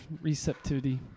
receptivity